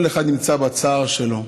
כל אחד נמצא בצער שלו,